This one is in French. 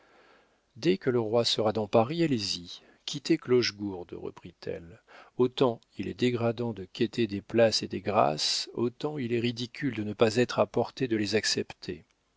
dès que le roi sera dans paris allez-y quittez clochegourde reprit-elle autant il est dégradant de quêter des places et des grâces autant il est ridicule de ne pas être à portée de les accepter